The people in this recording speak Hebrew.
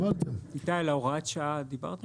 איתי, על הוראת שעה דיברת?